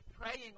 praying